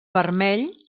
vermell